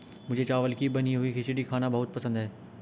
मुझे चावल की बनी हुई खिचड़ी खाना बहुत पसंद है